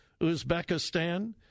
Uzbekistan